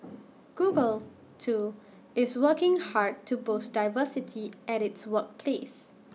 Google too is working hard to boost diversity at its workplace